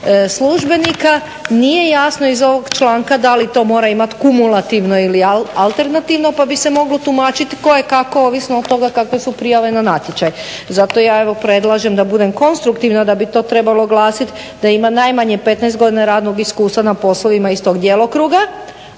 službenika. Nije jasno iz ovog članka da li to mora imati kumulativno ili alternativno pa bi se moglo tumačiti kojekako ovisno od toga kakve su prijave na natječaj. Zato ja evo predlažem da budem konstruktivna da bi to trebalo glasiti da ima najmanje 15 godina radnog iskustva na poslovima iz tog djelokruga,